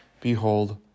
Behold